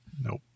nope